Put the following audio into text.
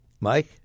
Mike